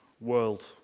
world